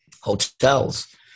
hotels